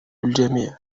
الجميع